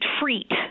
treat